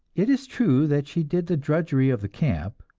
it is true that she did the drudgery of the camp,